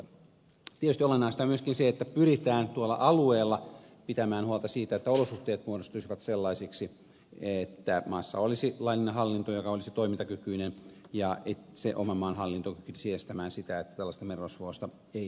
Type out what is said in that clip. tietysti olennaista on myöskin se että pyritään tuolla alueella pitämään huolta siitä että olosuhteet muodostuisivat sellaisiksi että maassa olisi laillinen hallinto joka olisi toimintakykyinen ja että se oman maan hallinto kykenisi estämään sitä että tällaista merirosvousta ei esiintyisi